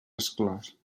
exclòs